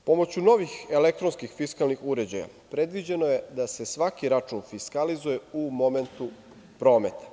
Pomoću novih elektronskih fiskalnih uređaja, predviđeno je da se svaki račun fiskalizuje u momentu prometa.